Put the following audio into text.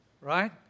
Right